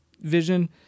vision